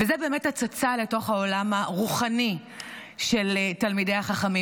וזו באמת הצצה לתוך העולם הרוחני של תלמידי החכמים.